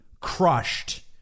crushed